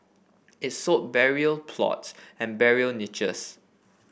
it sold burial plots and burial niches